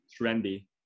trendy